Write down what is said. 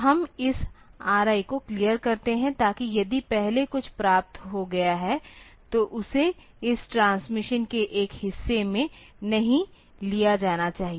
तो हम इस RI को क्लियर करते हैं ताकि यदि पहले कुछ प्राप्त हो गया है तो उसे इस ट्रांसमिशन के एक हिस्से में नहीं लिया जाना चाहिए